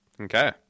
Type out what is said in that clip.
Okay